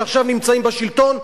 שעכשיו נמצאים בשלטון,